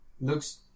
looks